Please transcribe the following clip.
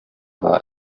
war